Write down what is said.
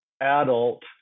adult